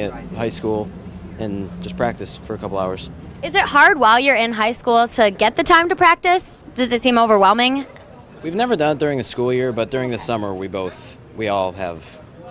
high school and just practice for a couple hours is it hard while you're in high school to get the time to practice does it seem overwhelming we've never done during a school year but during the summer we both we all have